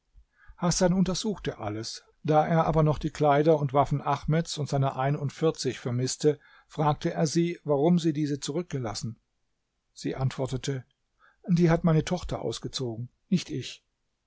hasan untersuchte alles da er aber noch die kleider und waffen ahmeds und seiner einundvierzig vermißte fragte er sie warum sie diese zurückgelassen sie antwortete die hat meine tochter ausgezogen nicht ich